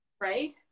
Right